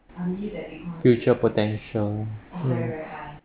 future potential mm